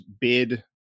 bid